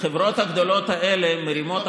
החברות הגדולות האלה מרימות עכשיו,